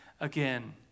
again